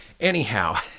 Anyhow